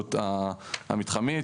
להתחדשות המתחמית.